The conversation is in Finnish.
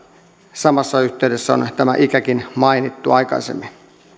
samassa yhteydessä on tämä ikä mainittu aikaisemmin